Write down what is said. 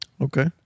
Okay